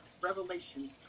revelation